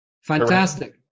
Fantastic